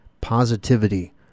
positivity